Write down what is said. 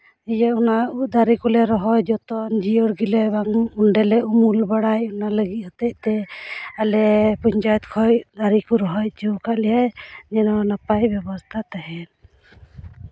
ᱤᱭᱟᱹ ᱚᱱᱟ ᱩᱞ ᱫᱟᱨᱮ ᱠᱚᱞᱮ ᱨᱚᱦᱚᱭ ᱡᱚᱛᱚᱱ ᱡᱤᱭᱟᱹᱲ ᱜᱮᱞᱮ ᱵᱟᱹᱱᱩᱜ ᱚᱸᱰᱮᱞᱮ ᱩᱢᱩᱞ ᱵᱟᱲᱟᱭ ᱚᱱᱟ ᱞᱟᱹᱜᱤᱫ ᱦᱚᱛᱮᱫ ᱛᱮ ᱟᱞᱮ ᱯᱚᱧᱪᱟᱭᱮᱛ ᱠᱷᱚᱱ ᱫᱟᱨᱮ ᱠᱚ ᱨᱚᱦᱚᱭ ᱦᱚᱪᱚᱣ ᱠᱟᱜ ᱞᱮᱭᱟ ᱡᱮᱱᱚ ᱱᱟᱯᱟᱭ ᱵᱮᱵᱚᱥᱛᱷᱟ ᱛᱟᱦᱮᱱ